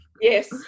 Yes